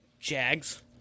Jags